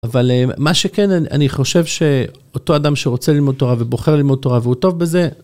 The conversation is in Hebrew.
אבל, אה... מה שכן, א... אני חושב ש... אותו אדם שרוצה ללמוד תורה ובוחר ללמוד תורה והוא טוב בזה,